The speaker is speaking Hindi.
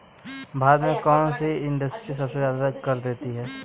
भारत में कौन सी इंडस्ट्री सबसे ज्यादा कर देती है?